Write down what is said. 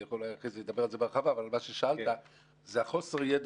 אני יכול לדבר על זה אחר כך בהרחבה חוסר הידע